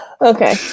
Okay